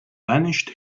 banished